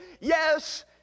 yes